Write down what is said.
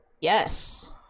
Yes